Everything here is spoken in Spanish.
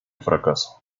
fracaso